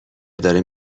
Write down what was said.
داره